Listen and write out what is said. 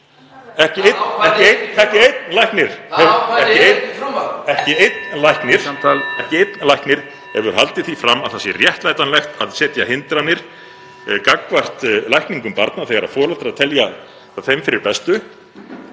Ekki einn læknir hefur haldið því fram að það sé réttlætanlegt að setja hindranir gagnvart lækningum barna þegar foreldrar telja það þeim fyrir bestu,